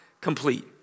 complete